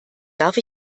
darf